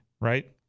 right